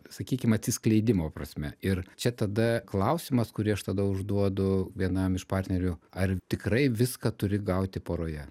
sakykim atsiskleidimo prasme ir čia tada klausimas kurį aš tada užduodu vienam iš partnerių ar tikrai viską turi gauti poroje